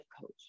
coach